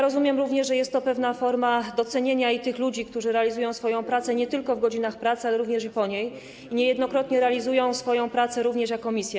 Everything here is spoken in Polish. Rozumiem również, że jest to pewna forma docenienia tych ludzi, którzy realizują swoją pracę nie tylko w godzinach pracy, ale również po niej, i niejednokrotnie realizują swoją pracę również jako misję.